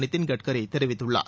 நிதின் கட்கரி தெரிவித்துள்ளார்